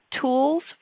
tools